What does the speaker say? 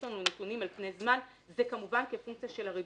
יש לנו נתונים על פני זמן זה כמובן כפונקציה של הריבית.